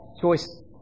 choice